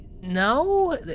No